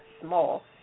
small